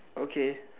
okay